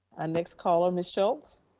ah next caller, ms. schulz.